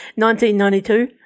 1992